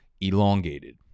elongated